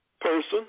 Person